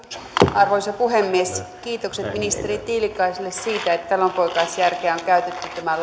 arvoisa puhemies kiitokset ministeri tiilikaiselle siitä että talonpoikaisjärkeä on käytetty tämän